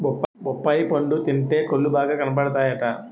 బొప్పాయి పండు తింటే కళ్ళు బాగా కనబడతాయట